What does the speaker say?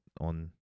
on